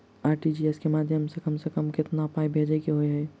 RTGS केँ माध्यम सँ कम सऽ कम केतना पाय भेजे केँ होइ हय?